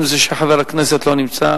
לעת.